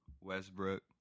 Westbrook